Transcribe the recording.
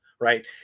right